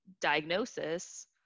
diagnosis